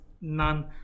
none